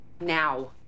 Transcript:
now